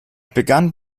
begann